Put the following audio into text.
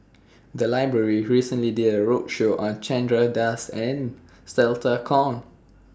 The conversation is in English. The Library recently did A roadshow on Chandra Das and Stella Kon